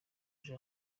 uje